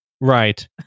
right